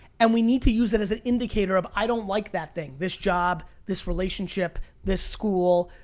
and we need to use it as an indicator of, i don't like that thing. this job, this relationship, this school,